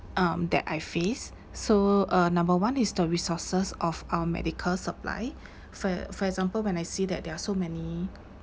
um that I face so uh number one is the resources of our medical supply for for example when I see that there are so many